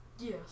Yes